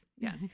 Yes